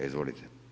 Izvolite.